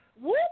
Whoop